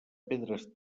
pedres